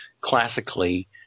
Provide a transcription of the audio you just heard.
classically